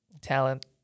Talent